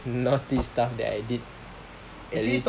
naughty stuff that I did at least